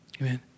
Amen